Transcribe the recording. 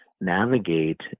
navigate